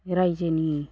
राइजोनि